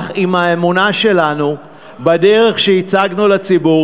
אך עם האמונה שלנו בדרך שהצגנו לציבור,